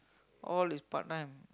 all is part time